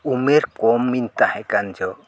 ᱩᱢᱮᱨ ᱠᱚᱢ ᱤᱧ ᱛᱟᱦᱮᱸ ᱠᱟᱱ ᱡᱚᱠᱷᱚᱱ